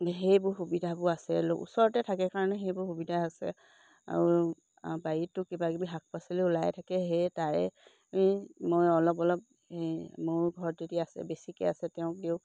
সেইবোৰ সুবিধাবোৰ আছে ওচৰতে থাকে কাৰণে সেইবোৰ সুবিধা আছে আৰু বাৰীতটো কিবাকিবি শাক পাচলি ওলাই থাকে সেয়ে তাৰে মই অলপ অলপ মোৰ ঘৰত যদি আছে বেছিকৈ আছে তেওঁক দিওঁ